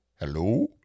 Hello